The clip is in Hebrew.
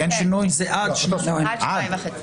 נשמע את יושב-ראש ועדת הכספים.